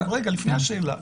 לפני השאלה,